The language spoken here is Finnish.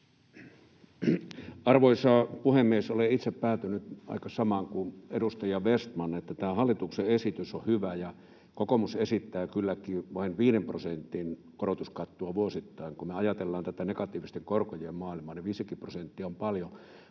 Arvoisa puhemies! Olen itse päätynyt aika samaan kuin edustaja Vestman, että tämä hallituksen esitys on hyvä. Kokoomus esittää kylläkin vain 5 prosentin korotuskattoa vuosittain. Kun me ajatellaan tätä negatiivisten korkojen maailmaa, niin 5:kin prosenttia on paljon.